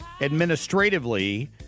administratively